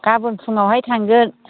गाबोन फुङावहाय थांगोन